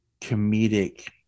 comedic